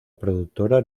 productora